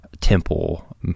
temple